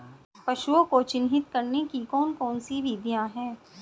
पशुओं को चिन्हित करने की कौन कौन सी विधियां हैं?